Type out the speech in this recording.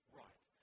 right